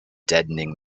deadening